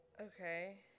Okay